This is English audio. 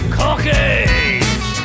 cocky